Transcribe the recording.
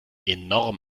enorm